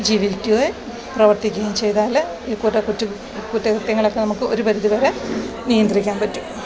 ജീവിക്കുക പ്രവർത്തിക്കുക ചെയ്താൽ ഈ കുറേ കുറ്റ കുറ്റകൃത്യങ്ങളൊക്കെ നമുക്ക് ഒരു പരിദി വരെ നിയന്ത്രിക്കാൻ പറ്റും